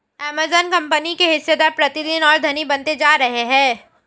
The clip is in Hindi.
अमेजन कंपनी के हिस्सेदार प्रतिदिन और धनी बनते जा रहे हैं